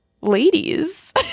ladies